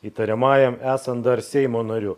įtariamajam esant dar seimo nariu